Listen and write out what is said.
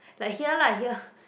like here lah here